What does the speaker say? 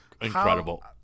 incredible